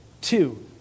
Two